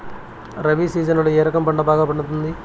రబి సీజన్లలో ఏ రకం పంట బాగా పండుతుంది